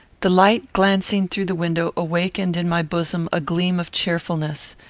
the light glancing through the window awakened in my bosom a gleam of cheerfulness.